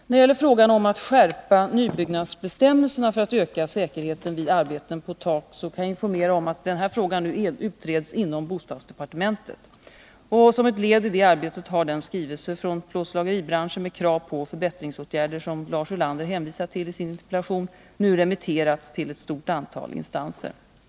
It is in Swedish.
När det gäller frågan om att skärpa nybyggnadsbestämmelserna för att öka säkerheten vid arbeten på tak kan jag informera om att denna nu utreds inom bostadsdepartementet. Som ett led i detta arbete har den skrivelse från plåtslageribranschen med krav på förbättringsåtgärder som Lars Ulander hänvisade till i sin interpellation nu remitterats till ett stort antal instan Nr 38 ser.